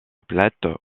plates